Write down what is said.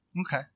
Okay